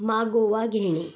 मागोवा घेणे